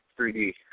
3D